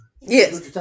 Yes